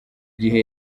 gihe